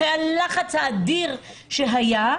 אחרי הלחץ האדיר שהיה,